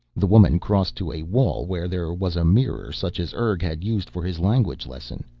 the woman crossed to a wall where there was a mirror such as urg had used for his language lesson.